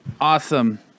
awesome